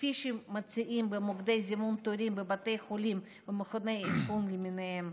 כפי שמציעים במוקדי זימון תורים בבתי חולים ובמכוני אבחון למיניהם.